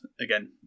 again